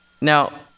Now